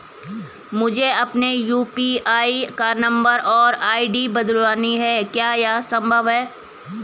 मुझे अपने यु.पी.आई का नम्बर और आई.डी बदलनी है क्या यह संभव है?